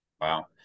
Wow